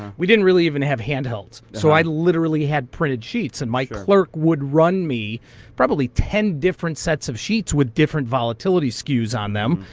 we didn't really even have handhelds. so i literally had printed sheets. and my clerk would run me probably ten different sets of sheets with different volatility skews on them.